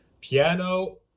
piano